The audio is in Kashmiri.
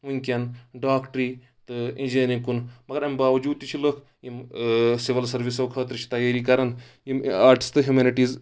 ونکیٚن ڈاکٹری تہٕ اِنجیٖنَرِنٛگ کُن مگر امہِ باوجوٗد تہِ چھِ لُکھ یِم سِول سٔروِسو خٲطرٕ چھِ تیٲری کران یِم آٹٕس تہٕ ہیمنِٹیٖز